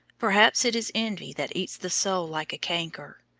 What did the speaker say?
perhaps it is envy that eats the soul like a canker.